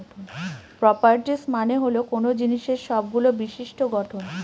properties মানে হল কোনো জিনিসের সবগুলো বিশিষ্ট্য গঠন